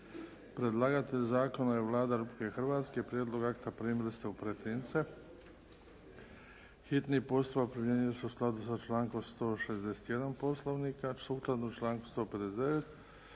Predlagatelj zakona je Vlada Republike Hrvatske. Prijedlog akta primili ste u pretince. Hitni postupak primjenjuje se u skladu sa člankom 161. Poslovnika. Sukladno članku 159.